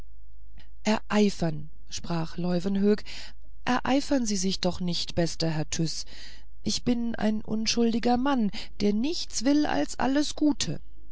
ereifern sprach leuwenhoek ereifern sie sich doch nur nicht bester herr tyß ich bin ein unschuldiger mann der nichts will als alles gute